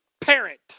parent